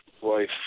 wife